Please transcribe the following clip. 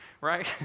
right